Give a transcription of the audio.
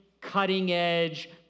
cutting-edge